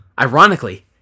Ironically